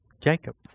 Jacob